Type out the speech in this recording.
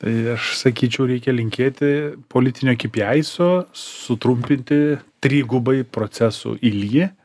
tai aš sakyčiau reikia linkėti politinio kypiaiso sutrumpinti trigubai procesų ilgį